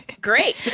Great